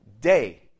day